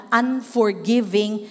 unforgiving